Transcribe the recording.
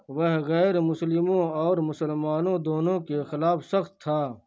وہ غیر مسلموں اور مسلمانوں دونوں کے خلاف سخت تھا